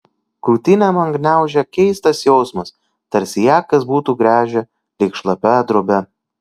krūtinę man gniaužė keistas jausmas tarsi ją kas būtų gręžę lyg šlapią drobę